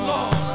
Lord